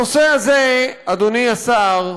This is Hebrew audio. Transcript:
הנושא הזה, אדוני השר,